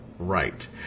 right